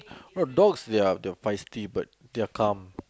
no dogs they are dogs they are feisty but they are calm